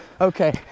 okay